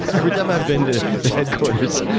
every time i've been to the headquarters,